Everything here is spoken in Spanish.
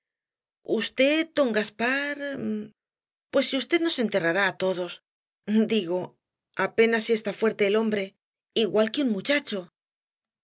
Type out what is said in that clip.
v don gaspar pues si v nos enterrará á todos digo apenas si está fuerte el hombre igual que un muchacho